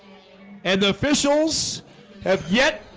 and the officials have yet